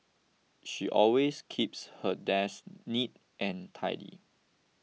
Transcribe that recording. she always keeps her desk neat and tidy